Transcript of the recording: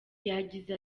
yagize